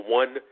one